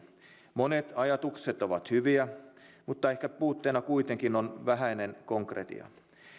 monet ajatukset ovat hyviä mutta ehkä puutteena kuitenkin on vähäinen konkretia